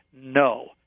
no